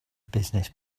business